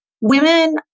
women